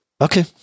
Okay